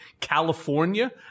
California